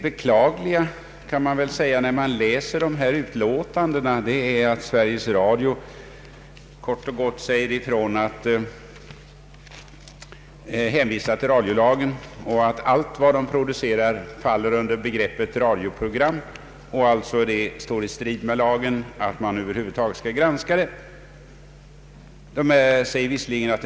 Man kan väl nästan säga att det är beklagligt att Sveriges Radio i sitt yttrande kort och gott hänvisar till radiolagen och att allt som produceras faller under begreppet radioprogram. Det skulle därför, anser man, vara helt i strid med radiolagen om man över huvud taget införde en bestämmelse om granskning av program.